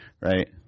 right